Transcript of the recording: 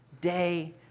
Day